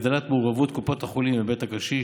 הגדלת מעורבות קופות החולים בבית הקשיש,